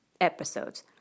episodes